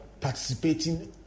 participating